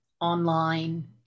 online